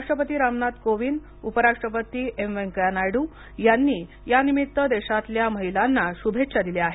राष्ट्रपती रामनाथ कोविंद उपराष्ट्रपती एम व्यंकय्या नायडू यांनी या निमित्त देशातल्या महिलांना शुभेच्छा दिल्या आहेत